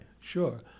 Sure